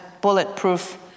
bulletproof